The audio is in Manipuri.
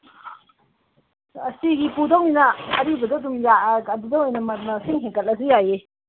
ꯑꯁꯇꯤꯒꯤ ꯄꯨꯗꯧꯅꯤꯅ ꯑꯔꯤꯕꯗꯣ ꯑꯗꯨꯝ ꯑꯗꯨꯗ ꯑꯣꯏꯅ ꯃꯁꯤꯡ ꯍꯦꯟꯒꯠꯂꯁꯨ ꯌꯥꯏꯌꯦ